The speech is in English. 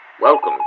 Welcome